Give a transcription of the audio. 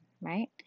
right